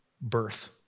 birth